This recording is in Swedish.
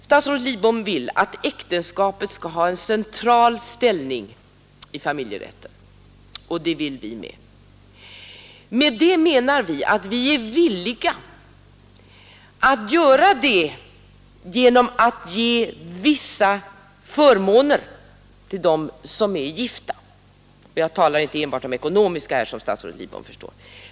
Statsrådet Lidbom anser att äktenskapet skall ha en central ställning i familjerätten och det vill vi också. Med det menar vi att vi är villiga att ge vissa förmåner till dem som är gifta. Jag talar inte då enbart om ekonomiska fördelar, som statsrådet Lidbom förstår.